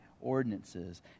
ordinances